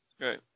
Right